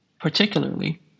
Particularly